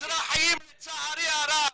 מזרחיים לצערי הרב,